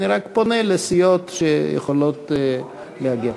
אני רק פונה לסיעות שיכולות להגיע,